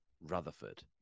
Rutherford